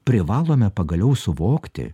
privalome pagaliau suvokti